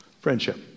Friendship